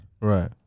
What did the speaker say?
Right